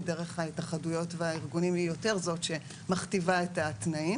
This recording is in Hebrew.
דרך ההתאחדויות והארגונים היא זאת שמכתיבה את התנאים.